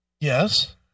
Yes